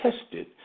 tested